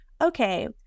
okay